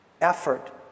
effort